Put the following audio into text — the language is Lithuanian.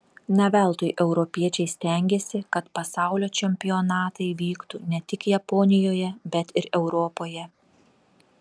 ne veltui europiečiai stengėsi kad pasaulio čempionatai vyktų ne tik japonijoje bet ir europoje